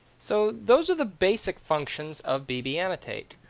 so those are the basic functions of bb annotate.